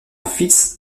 fils